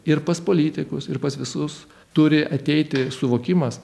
ir pas politikus ir pas visus turi ateiti suvokimas